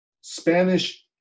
spanish